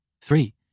Three